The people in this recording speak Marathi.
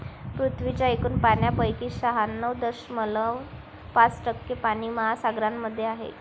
पृथ्वीच्या एकूण पाण्यापैकी शहाण्णव दशमलव पाच टक्के पाणी महासागरांमध्ये आहे